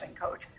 coach